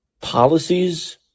policies